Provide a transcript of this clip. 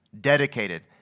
dedicated